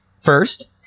first